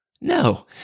No